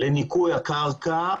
לניקוי הקרקע.